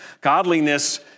Godliness